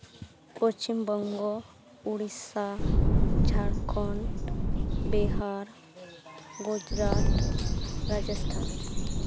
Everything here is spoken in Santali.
ᱯᱚᱪᱷᱤᱢ ᱵᱚᱝᱜᱚ ᱩᱲᱤᱥᱥᱟ ᱡᱷᱟᱲᱠᱷᱚᱱ ᱵᱤᱦᱟᱨ ᱜᱩᱡᱽᱨᱟᱴ ᱨᱟᱡᱚᱥᱛᱷᱟᱱ